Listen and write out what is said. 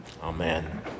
Amen